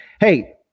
hey